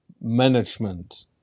management